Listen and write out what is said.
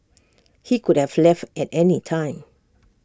he could have left at any time